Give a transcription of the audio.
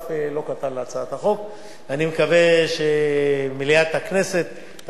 אני מקווה שמליאת הכנסת תאשר את הצעת החוק הזאת.